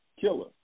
killer